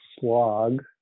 slog